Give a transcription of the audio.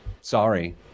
Sorry